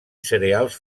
cereals